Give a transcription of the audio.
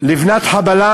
לבנת חבלה.